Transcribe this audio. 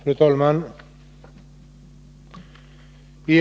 Fru talman!